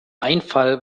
einfall